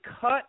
cut